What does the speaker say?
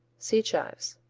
see chives.